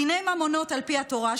דיני ממונות על פי התורה,